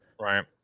Right